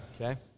Okay